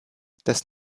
das